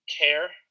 care